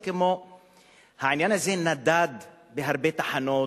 העניין הזה נדד בהרבה תחנות,